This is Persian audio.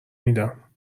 میدم